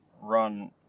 run –